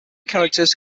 characters